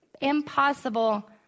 impossible